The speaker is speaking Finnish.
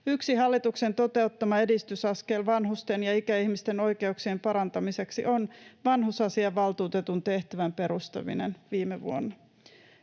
Yksi hallituksen toteuttama edistysaskel vanhusten ja ikäihmisten oikeuksien parantamiseksi on vanhusasiavaltuutetun tehtävän perustaminen viime vuonna.